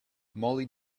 mollie